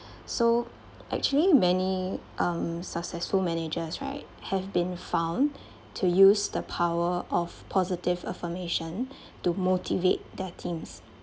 so actually um many successful managers right have been found to use the power of positive affirmation to motivate their teams